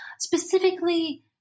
specifically